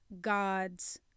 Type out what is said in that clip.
God's